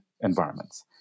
environments